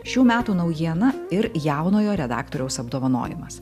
šių metų naujiena ir jaunojo redaktoriaus apdovanojimas